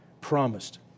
promised